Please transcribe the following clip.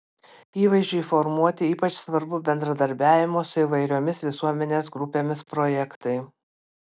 įvaizdžiui formuoti ypač svarbu bendradarbiavimo su įvairiomis visuomenės grupėmis projektai